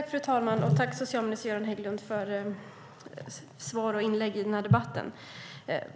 Fru talman! Tack, socialministern, för svar och inlägg i den här debatten!